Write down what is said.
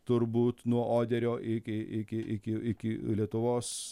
turbūt nuo oderio iki iki iki iki lietuvos